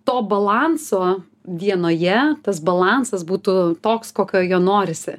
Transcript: to balanso dienoje tas balansas būtų toks kokio jo norisi